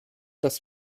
das